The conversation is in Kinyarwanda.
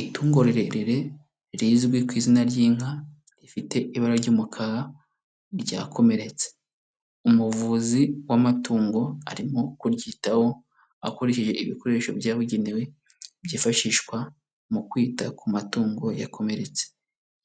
Itungo rirerire rizwi ku izina ry'inka, rifite ibara ry'umukara, ryakomeretse. Umuvuzi w'amatungo arimo kuryitaho, akoresheje ibikoresho byabugenewe, byifashishwa mu kwita ku matungo yakomeretse.